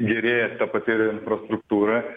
gerėja ta pati ir infrastruktūra